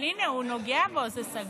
בפועל בנימין נתניהו לא עושים מספיק